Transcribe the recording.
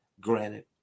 granted